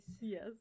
Yes